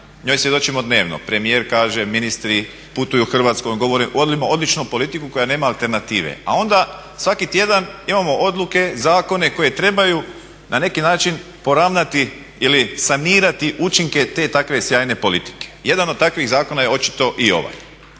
Njoj svjedočimo dnevno. Premijer kaže, ministri putuju Hrvatskom, govore odlično politiku koja nema alternative. A onda svaki tjedan imamo odluke, zakone koje trebaju na neki način poravnati ili sanirati učinke te takve sjajne politike. Jedan od takvih zakona je očito i ovaj.